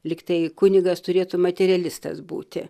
lyg tai kunigas turėtų materialistas būti